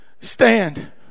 stand